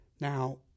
Now